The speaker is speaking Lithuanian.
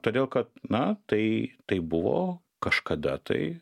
todėl kad na tai taip buvo kažkada tai